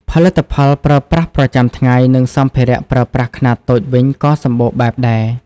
ផលិតផលប្រើប្រាស់ប្រចាំថ្ងៃ និងសម្ភារៈប្រើប្រាស់ខ្នាតតូចវិញក៏សម្បូរបែបដែរ ។